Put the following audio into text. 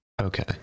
Okay